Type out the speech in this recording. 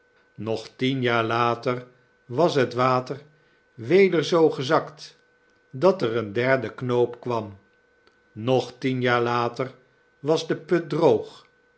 nog tien jaar later was het water weder zoo gezakt dat er een derde knoop kwam nog tien jaar later was de put droog